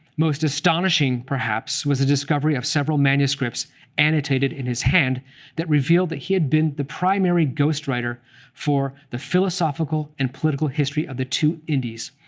most astonishing, perhaps, was the discovery of several manuscripts annotated in his hand that revealed that he had been the primary ghostwriter for the philosophical and political history of the two indies,